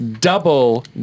double